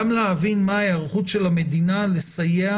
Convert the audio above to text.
גם להבין מה ההיערכות של המדינה לסייע